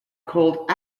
called